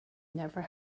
never